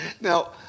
Now